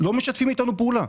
לא משתפים איתנו פעולה,